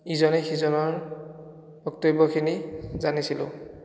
ইজনে সিজনৰ প্ৰত্যেকৰখিনি জানিছিলোঁ